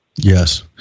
Yes